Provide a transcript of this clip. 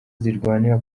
zirwanira